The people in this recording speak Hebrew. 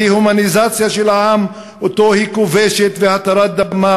דה-הומניזציה של העם שאותו היא כובשת והתרת דמם